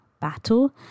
battle